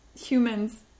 humans